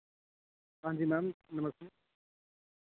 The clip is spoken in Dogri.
हांजी मैम नमस्ते